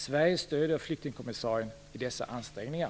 Sverige stöder flyktingkommissarien i dessa ansträngningar.